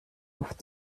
oft